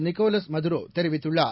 Nicholas Maduro தெரிவித்துள்ளார்